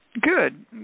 Good